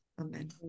amen